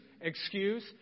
excuse